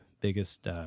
biggest